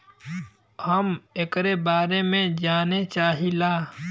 हम एकरे बारे मे जाने चाहीला?